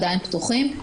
עדיין פתוחים.